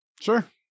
Sure